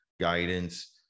guidance